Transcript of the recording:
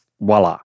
voila